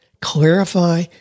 clarify